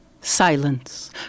Silence